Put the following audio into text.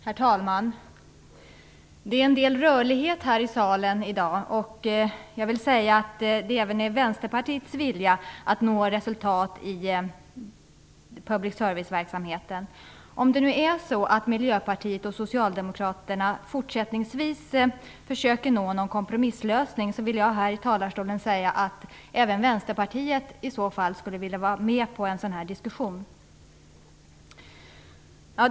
Herr talman! Det är en del rörlighet här i kammaren i dag. Det är även Vänsterpartiets vilja att nå resultat i public service-verksamheten. Om det nu är så att Miljöpartiet och Socialdemokraterna fortsättningsvis försöker nå en kompromisslösning, vill jag säga att även Vänsterpartiet i så fall skulle vilja vara med i en sådan diskussion.